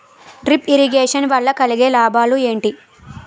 Drip irrigation వల్ల కలిగే లాభాలు ఏంటి?